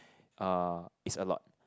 uh is a lot